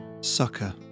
Sucker